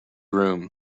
room